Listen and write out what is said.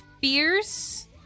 fierce